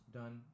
done